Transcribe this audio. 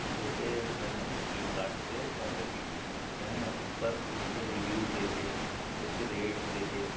جو کہ میں نے فلپ کارٹ سے آرڈر کی تھی میں نے اس پر اس کے ریویوز دیکھے اس کے ریٹس دیکھے